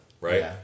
right